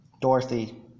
Dorothy